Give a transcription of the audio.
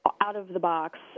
out-of-the-box